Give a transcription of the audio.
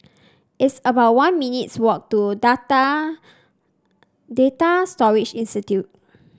it's about one minutes' walk to Data Storage Institute